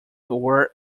were